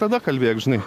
tada kalbėk žinai